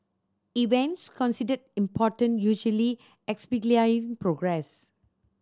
events considered important usually progress